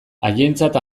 haientzat